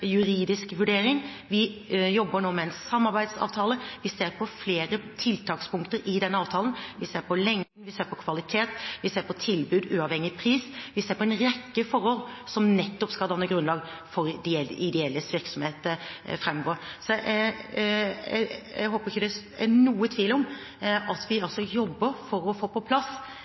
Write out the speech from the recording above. juridisk vurdering. Vi jobber nå med en samarbeidsavtale. Vi ser på flere tiltakspunkter i denne avtalen, vi ser på lengden, vi ser på kvalitet, vi ser på tilbud uavhengig av pris – vi ser på en rekke forhold som nettopp skal danne grunnlag for de ideelles virksomhet fremover. Så jeg håper ikke det er noen tvil om at vi